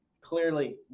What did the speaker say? clearly